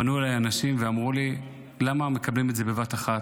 פנו אליי אנשים ואמרו לי: למה מקבלים את זה בבת אחת?